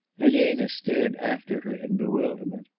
elena stared after her in bewilderment.